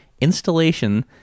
installation